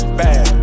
bad